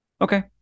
Okay